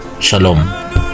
Shalom